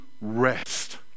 rest